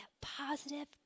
positive